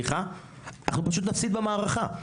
אנחנו פשוט נפסיד במערכה.